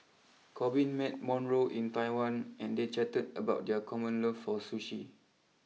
Korbin met Monroe in Taiwan and they chatted about their common love for Sushi